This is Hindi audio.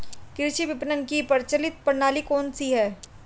कृषि विपणन की प्रचलित प्रणाली कौन सी है?